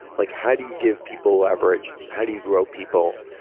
like how do you give people leverage? how do you grow people?